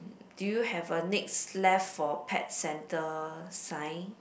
do you have a next left for pet centre sign